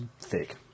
thick